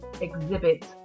exhibit